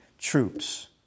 troops